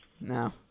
No